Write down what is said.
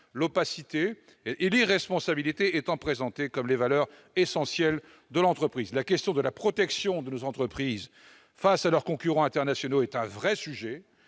l'opacité et l'irresponsabilité étant présentées comme les valeurs essentielles de l'entreprise. La protection de nos entreprises face à leurs concurrents internationaux soulève une